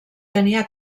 tenia